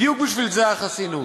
בדיוק בשביל זה החסינות.